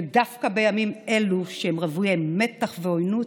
ודווקא בימים אלו, שהם רוויי מתח ועוינות,